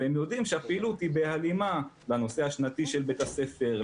והם יודעים שהפעילות היא בהלימה לנושא השנתי של בית הספר,